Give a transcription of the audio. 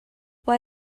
why